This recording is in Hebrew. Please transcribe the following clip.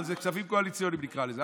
אבל זה כספים קואליציוניים, נקרא לזה.